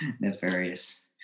nefarious